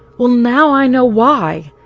well, now i know why!